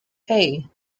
hey